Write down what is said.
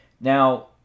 Now